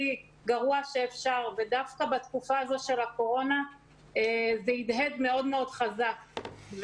גרוע שאפשר ודווקא בתקופה הזו של הקורונה זה הדהד מאוד מאוד חזק.